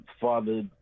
father